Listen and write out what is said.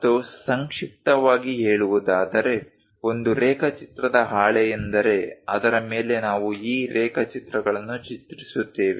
ಮತ್ತು ಸಂಕ್ಷಿಪ್ತವಾಗಿ ಹೇಳುವುದಾದರೆ ಒಂದು ರೇಖಾಚಿತ್ರದ ಹಾಳೆಯೆಂದರೆ ಅದರ ಮೇಲೆ ನಾವು ಈ ರೇಖಾಚಿತ್ರಗಳನ್ನು ಚಿತ್ರಿಸುತ್ತೇವೆ